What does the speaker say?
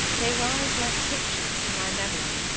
they rise like pictures to my memory,